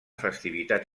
festivitat